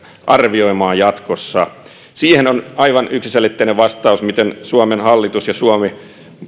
arvioimaan jatkossa siihen on aivan yksiselitteinen vastaus miten suomen hallitus ja suomi